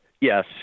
Yes